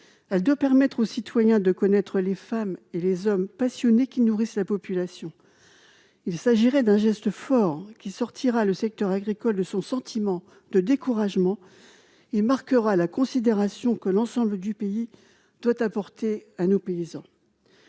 Elle doit permettre aux citoyens de connaître les femmes et les hommes passionnés qui nourrissent la population. Il s'agira d'un geste fort, qui sortira le secteur agricole de son sentiment de découragement et marquera la considération que l'ensemble du pays doit apporter à ses paysans.